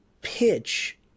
pitch